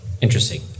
interesting